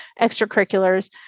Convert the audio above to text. extracurriculars